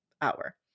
hour